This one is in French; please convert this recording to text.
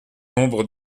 nombre